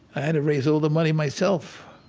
i had to raise all the money myself.